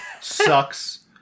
sucks